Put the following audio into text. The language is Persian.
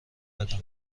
بدم